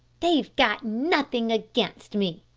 they've got nothing against me,